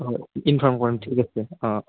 অঁ ইনফৰ্ম কৰিম ঠিক আছে অঁ